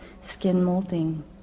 skin-molting